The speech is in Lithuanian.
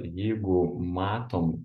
jeigu matom